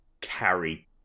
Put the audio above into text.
carry